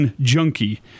junkie